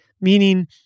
meaning